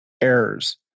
errors